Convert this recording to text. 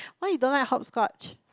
why you don't like hopscotch